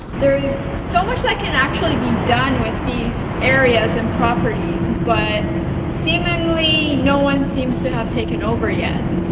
there's so much that can actually be done with these areas and properties but seemingly no one seems to have taken over yeah